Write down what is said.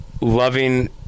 loving